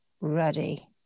ready